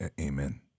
Amen